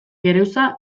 geruza